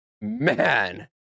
Man